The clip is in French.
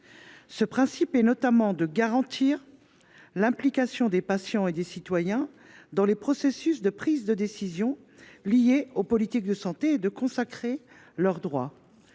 Ce principe consiste notamment à garantir l’implication des patients et des citoyens dans les processus de prise de décision liés aux politiques de santé et à consacrer leurs droits.